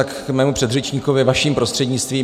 Tak k mému předřečníkovi, vaším prostřednictvím.